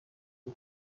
پسر